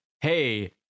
hey